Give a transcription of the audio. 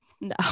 No